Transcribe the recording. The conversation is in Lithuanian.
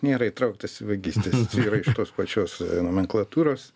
nėra įtrauktas į vagystes tikrai iš tos pačios nomenklatūros